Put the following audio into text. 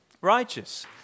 Righteous